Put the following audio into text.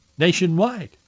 nationwide